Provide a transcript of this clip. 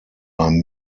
beim